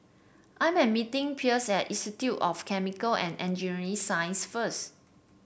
I am meeting Pierce at Institute of Chemical and Engineering Sciences first